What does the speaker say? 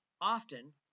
often